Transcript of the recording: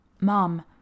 Mom